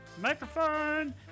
microphone